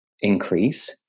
increase